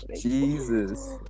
Jesus